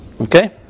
Okay